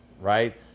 right